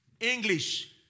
English